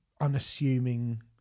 unassuming